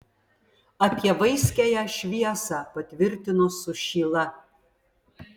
apie vaiskiąją šviesą patvirtino sušyla